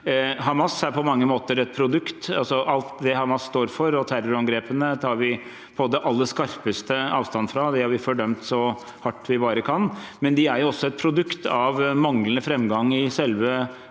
Hamas internt på palestinsk side. Alt det Hamas står for, og terrorangrepene, tar vi på det aller skarpeste avstand fra. Det har vi fordømt så hardt vi bare kan. Men de er jo et produkt av manglende framgang i selve